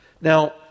Now